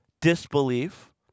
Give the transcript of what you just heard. disbelief